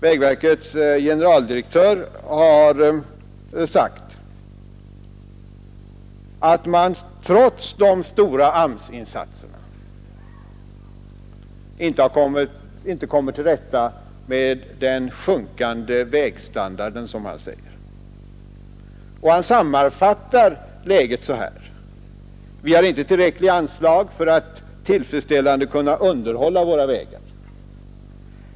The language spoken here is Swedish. Vägverkets generaldirektör har sagt att man trots de stora AMS-insatserna inte kommer till rätta med den sjunkande vägstandarden, som han uttrycker sig. Han sammanfattar läget så här: ”Vi har inte tillräckliga anslag för att tillfredsställande kunna underhålla våra vägar.